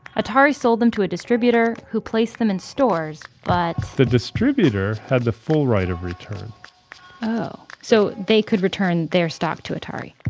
atari sold them to a distributor, who placed them in stores. but, the distributor had the full right of return oh. so, they could return their stock to atari?